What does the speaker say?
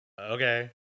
okay